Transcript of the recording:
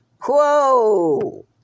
Whoa